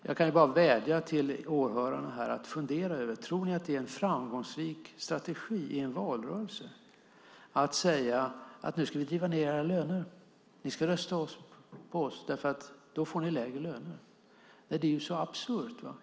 Jag kan bara vädja till åhörarna här: Tror ni att det skulle vara en framgångsrik strategi i en valrörelse att säga att man ska driva ned lönerna? Rösta på oss, så får ni lägre löner! Nej, detta är absurt!